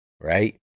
Right